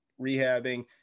rehabbing